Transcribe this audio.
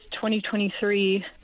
2023